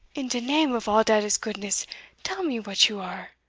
in de name of all dat is gootness tell me what you are?